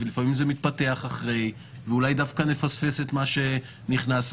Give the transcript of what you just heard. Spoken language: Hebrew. לפעמים זה מתפתח אחרי ואולי דווקא נפספס את מה שנכנס.